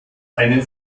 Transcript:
eine